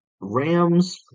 Rams